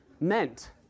meant